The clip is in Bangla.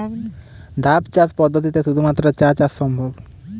ধাপ চাষ পদ্ধতিতে শুধুমাত্র চা চাষ সম্ভব?